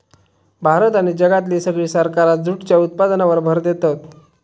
भारत आणि जगातली सगळी सरकारा जूटच्या उत्पादनावर भर देतत